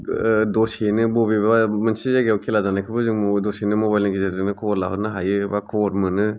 ओ दसेनो बबेबा मोनसे जायगायाव खेला जानायखौबो जों म दसेनो मबाइल नि गेजेरजोंनो खबर लाहरनो हायो बा खबर मोनो